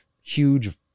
Huge